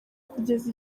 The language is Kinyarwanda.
kugeza